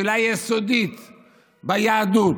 שאלה יסודית ביהדות,